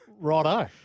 Righto